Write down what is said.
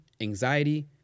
anxiety